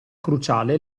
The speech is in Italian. cruciale